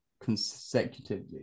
consecutively